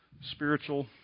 spiritual